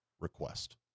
request